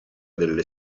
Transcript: delle